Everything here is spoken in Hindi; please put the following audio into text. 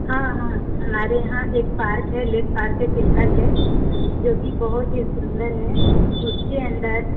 हाँ हाँ हमारे यहाँ एक पार्क है लेक पार्क चिल्का लेक जोकि बहुत ही सुन्दर है उसके अंदर